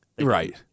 Right